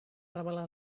revelar